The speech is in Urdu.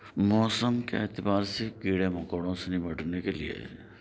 موسم کے اعتبار سے کیڑے مکوڑوں سے نپٹنے کے لئے